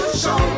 show